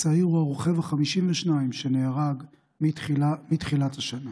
הצעיר הוא הרוכב ה-52 שנהרג מתחילה השנה.